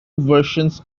versions